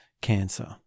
cancer